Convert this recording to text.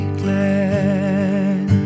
glad